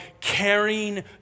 carrying